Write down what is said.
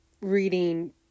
reading